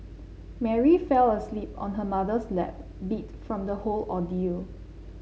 Mary fell asleep on her mother's lap beat from the whole ordeal